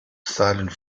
silent